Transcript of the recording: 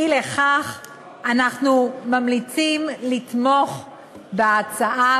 אי-לכך אנחנו ממליצים לתמוך בהצעה